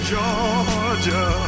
Georgia